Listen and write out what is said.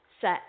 set